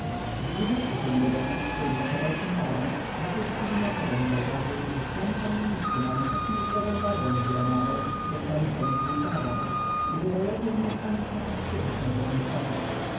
posłałem zbliżywszy się do domu w którym lokował się baron wokulski mimochodem zauważył że ściany kamienicy mają tak niezdrową barwę zielonawą jak maruszewicz żółtawą i że rolety w mieszkaniu krzeszowskiego są podniesione